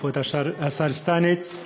כבוד השר שטייניץ,